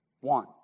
one